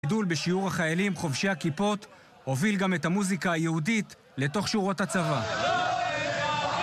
גידול בשיעור החיילים חובשי הכיפות הוביל גם את המוזיקה היהודית לתוך שורות הצבא